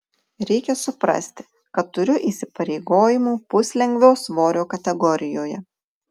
reikia suprasti kad turiu įsipareigojimų puslengvio svorio kategorijoje